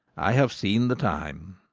i have seen the time.